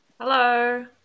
Hello